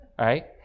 right